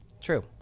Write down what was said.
True